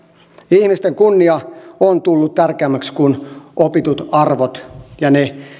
ihmisten kunnia on tullut tärkeämmäksi kuin opitut arvot ja ne